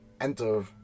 enter